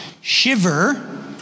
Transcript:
shiver